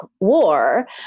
war